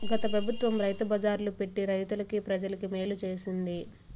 గత పెబుత్వం రైతు బజార్లు పెట్టి రైతులకి, ప్రజలకి మేలు చేసింది